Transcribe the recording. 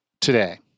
today